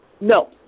No